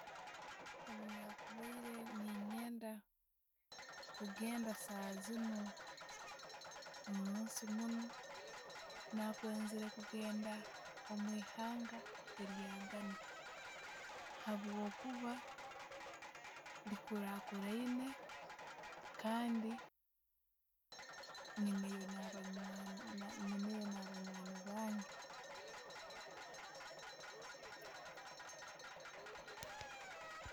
Obwa kubaire nenyenda kugenda saaha ziinu, omunsi muunu, nakwenzere kugenda omwi'ihanga elya Ghana habwokuba likurakuraine kandi nineeyo banywani nineeyo nabanywani bange.